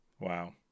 Wow